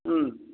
ꯎꯝ